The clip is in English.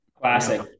Classic